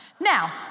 Now